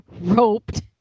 roped